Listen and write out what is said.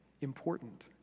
important